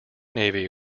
navy